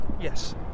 Yes